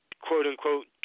quote-unquote